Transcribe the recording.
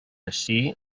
ací